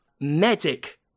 medic